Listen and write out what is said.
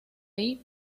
ahí